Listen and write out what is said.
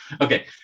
Okay